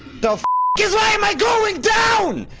why am i going down!